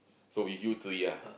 so with you three ah